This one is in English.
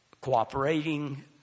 cooperating